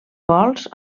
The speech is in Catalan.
gols